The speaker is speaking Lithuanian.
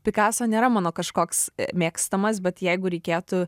pikaso nėra mano kažkoks mėgstamas bet jeigu reikėtų